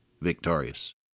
victorious